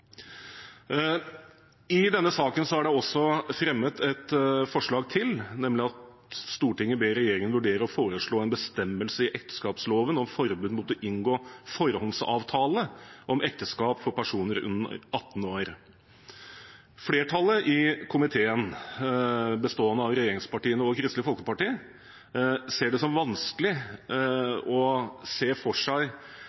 I denne saken er det fremmet et forslag til, nemlig at Stortinget ber regjeringen vurdere å foreslå en bestemmelse i ekteskapsloven om forbud mot å inngå forhåndsavtale om ekteskap for personer under 18 år. Flertallet i komiteen, bestående av regjeringspartiene og Kristelig Folkeparti, ser det som vanskelig